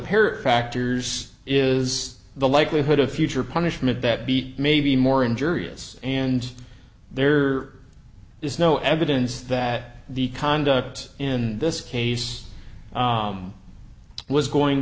pair factors is the likelihood of future punishment that be maybe more injurious and there is no evidence that the conduct in this case was going